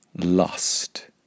Lust